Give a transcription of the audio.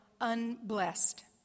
unblessed